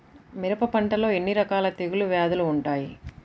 మిరప పంటలో ఎన్ని రకాల తెగులు వ్యాధులు వుంటాయి?